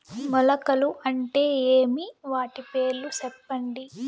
మొలకలు అంటే ఏమి? వాటి పేర్లు సెప్పండి?